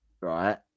right